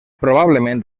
probablement